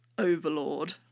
Overlord